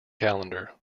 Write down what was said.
calendar